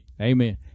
Amen